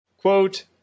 quote